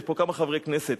יש פה כמה חברי כנסת,